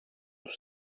τους